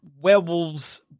werewolves